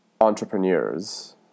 entrepreneurs